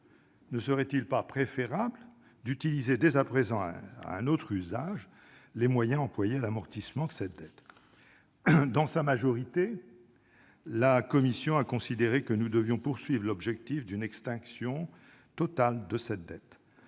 ne serait-il pas préférable d'employer dès à présent à un autre usage les moyens dédiés à l'amortissement de cette dette ? Dans sa majorité, la commission a considéré que nous devions conserver pour objectif l'extinction totale de cette dette.